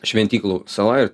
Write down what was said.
šventyklų sala